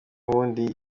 ubundi